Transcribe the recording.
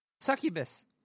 Succubus